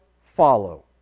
follow